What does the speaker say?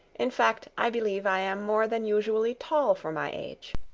in fact, i believe i am more than usually tall for my age.